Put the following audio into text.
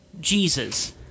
Jesus